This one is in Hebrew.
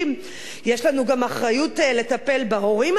יש לנו גם אחריות לטפל בהורים המזדקנים